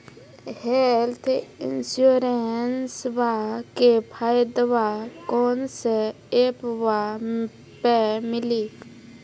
Health इंश्योरेंसबा के फायदावा कौन से ऐपवा पे मिली?